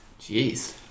Jeez